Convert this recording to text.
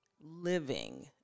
living